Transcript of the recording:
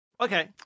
Okay